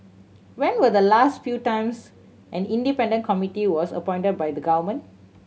when were the last few times an independent committee was appointed by the government